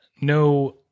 no